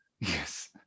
Yes